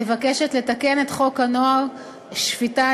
מבקשת לתקן את חוק הנוער (שפיטה,